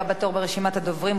הבא בתור ברשימת הדוברים,